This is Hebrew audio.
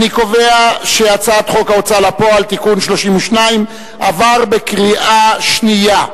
אני קובע שהצעת חוק ההוצאה לפועל (תיקון מס' 32) עברה בקריאה שנייה.